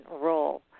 role